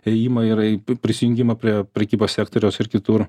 ėjimą ir prisijungimą prie prekybos sektoriaus ir kitur